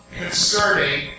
concerning